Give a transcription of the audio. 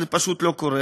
אבל זה פשוט לא קורה.